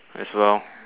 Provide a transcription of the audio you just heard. as well